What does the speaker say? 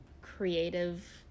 creative